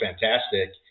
fantastic